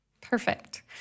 perfect